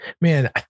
man